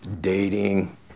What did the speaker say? dating